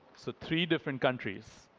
so three different countries.